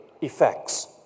effects